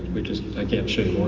because i can't show